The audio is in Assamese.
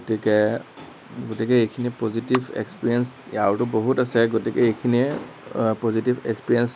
গতিকে গতিকে এইখিনি পজিটিভ এক্সপেৰিয়েন্স আৰুটো বহুত আছে গতিকে এইখিনিয়ে পজিটিভ এক্সপেৰিয়েন্স